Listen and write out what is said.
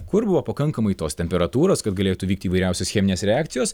kur buvo pakankamai tos temperatūros kad galėtų įvykti įvairiausios cheminės reakcijos